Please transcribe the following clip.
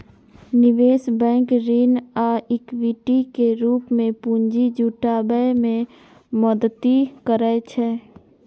निवेश बैंक ऋण आ इक्विटी के रूप मे पूंजी जुटाबै मे मदति करै छै